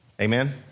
Amen